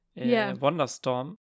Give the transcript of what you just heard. Wonderstorm